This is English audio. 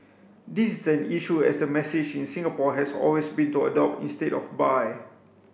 this is an issue as the message in Singapore has always been to adopt instead of buy